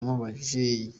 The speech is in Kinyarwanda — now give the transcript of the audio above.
yamubajije